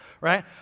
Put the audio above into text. Right